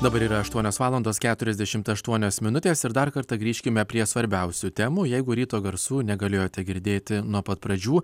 dabar yra aštuonios valandos keturiasdešimt aštuonios minutės ir dar kartą grįžkime prie svarbiausių temų jeigu ryto garsų negalėjote girdėti nuo pat pradžių